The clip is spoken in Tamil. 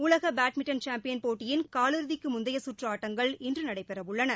உலக பேட்மிண்டன் சாம்பியன் போட்டியின் காலிறுதிக்கு முந்தைய கற்று ஆட்டங்கள் இன்று நடைபெறவுள்ளன